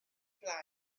blaen